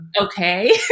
okay